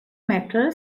metal